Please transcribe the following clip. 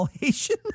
Haitian